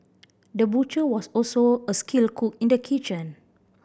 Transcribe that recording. the butcher was also a skilled cook in the kitchen